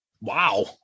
Wow